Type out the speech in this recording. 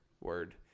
Word